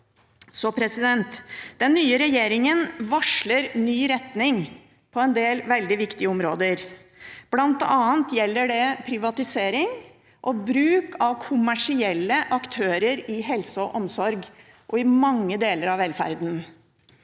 SV har gjort. Den nye regjeringen varsler ny retning på en del veldig viktige områder. Blant annet gjelder det privatisering og bruk av kommersielle aktører i helse og omsorg, og i mange deler av velferden.